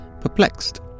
perplexed